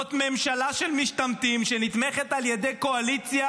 זאת ממשלה של משתמטים שנתמכת על ידי קואליציה,